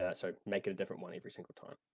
yeah so, make it a different one every single time.